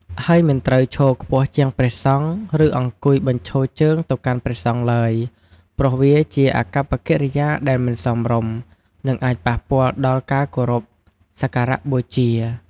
ហើយមិនត្រូវឈរខ្ពស់ជាងព្រះសង្ឃ ឬអង្គុយបញ្ឈរជើងទៅកាន់ព្រះសង្ឃឡើយ ព្រោះវាជាអាកប្បកិរិយាដែលមិនសមរម្យ និងអាចប៉ះពាល់ដល់ការគោរពសក្ការបូជា។